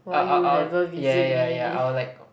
ah ah ah ya ya ya ya I would like